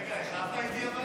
רגע, אבל החלפת איתי?